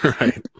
Right